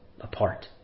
apart